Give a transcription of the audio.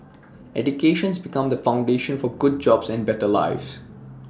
educations become the foundation for good jobs and better lives